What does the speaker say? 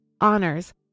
honors